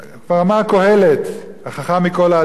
כבר אמר קהלת, החכם מכל האדם: